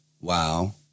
wow